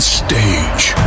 stage